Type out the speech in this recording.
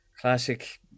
classic